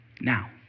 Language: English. Now